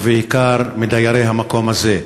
ובעיקר של דיירי המקום הזה.